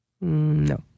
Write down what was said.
No